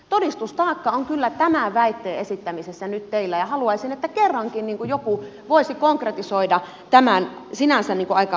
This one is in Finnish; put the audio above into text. todistustaakka on kyllä tämän väitteen esittämisessä nyt teillä ja haluaisin että kerrankin joku voisi konkretisoida tämän sinänsä aika kovan väitteen